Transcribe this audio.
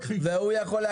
הוא אומר את זה בגלוי.